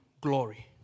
glory